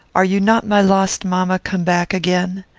are you not my lost mamma come back again?